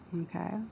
Okay